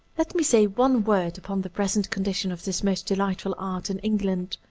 let me say one word upon the present condition of this most delightful art in england.